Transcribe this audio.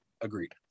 Agreed